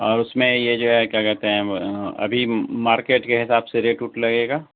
اور اس میں یہ جو ہے کیا کہتے ہیں ابھی مارکیٹ کے حساب سے ریٹ ووٹ لگے گا